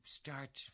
start